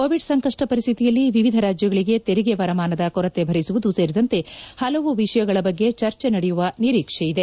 Covid ಸಂಕಷ್ವ ಪರಿಸ್ದಿತಿಯಲ್ಲಿ ವಿವಿಧ ರಾಜ್ಯಗಳಿಗೆ ತೆರಿಗೆ ವರಮಾನದ ಕೊರತೆ ಭರಿಸುವುದು ಸೇರಿದಂತೆ ಹಲವು ವಿಷಯಗಳ ಬಗ್ಗೆ ಚರ್ಚೆ ನಡೆಯುವ ನಿರೀಕ್ಷೆಯಿದೆ